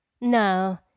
No